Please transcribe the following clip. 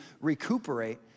recuperate